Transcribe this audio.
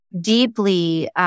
deeply